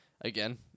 Again